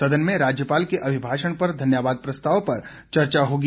सदन में राज्यपाल के अभिभाषण पर धन्यवाद प्रस्ताव पर चर्चा होगी